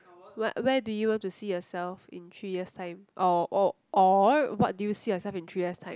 what where do you want to see yourself in three years time or or or what do you see yourself in three years time